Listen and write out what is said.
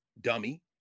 dummy